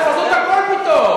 זו חזות הכול פתאום.